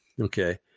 okay